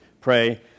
Pray